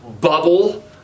bubble